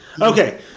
Okay